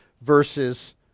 verses